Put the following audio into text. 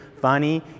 funny